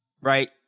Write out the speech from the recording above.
right